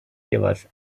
jeweils